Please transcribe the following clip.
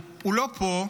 הוא לא פה,